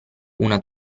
una